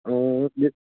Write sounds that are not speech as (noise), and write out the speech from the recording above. ऐं हिकु (unintelligible)